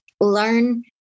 learn